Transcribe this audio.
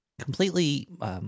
completely